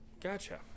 Gotcha